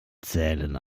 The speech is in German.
zählen